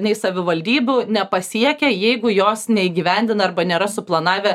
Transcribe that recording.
nei savivaldybių nepasiekia jeigu jos neįgyvendina arba nėra suplanavę